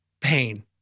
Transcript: Pain